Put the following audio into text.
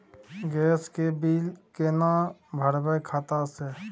Gas के bill केना भरबै खाता से?